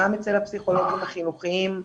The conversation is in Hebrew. גם אצל הפסיכולוגים החינוכיים,